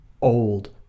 old